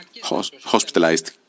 hospitalized